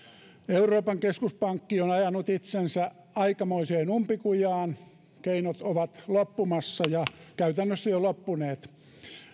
euroopan keskuspankki on ajanut itsensä aikamoiseen umpikujaan keinot ovat loppumassa ja käytännössä jo loppuneet